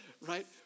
right